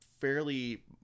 fairly